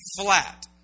flat